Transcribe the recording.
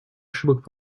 ошибок